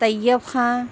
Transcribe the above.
Tayyip Khan